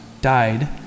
died